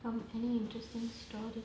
come any interesting story